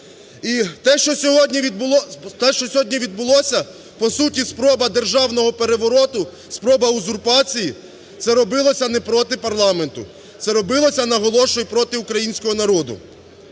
І те, що сьогодні відбулося – по суті спроба державного перевороту, спроба узурпації – це робилося не проти парламенту. Це робилося, наголошую, проти українського народу.